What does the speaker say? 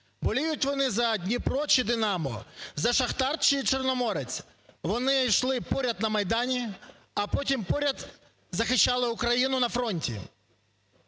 боліють вони за "Дніпро" чи "Динамо", за "Шахтар" чи "Чорноморець", вони йшли поряд на Майдані, а потім поряд захищали Україну на фронті.